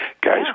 Guys